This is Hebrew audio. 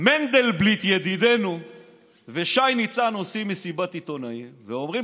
מנדלבליט ידידנו ושי ניצן עושים מסיבת עיתונאים ואומרים